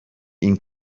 این